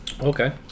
Okay